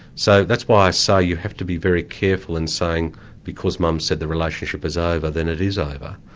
so that's why i say you have to be very careful in saying because mum said the relationship is over, then it is over.